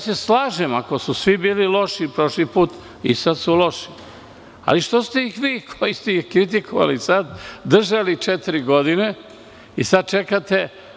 Slažem se, ako su svi bili loši prošli put, i sada su loši, ali što ste ih vi, koji ste ih kritikovali sada, držali četiri godine i sada čekate?